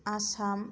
Assam